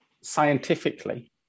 scientifically